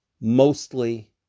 mostly